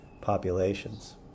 populations